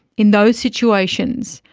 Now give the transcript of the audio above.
in those situations,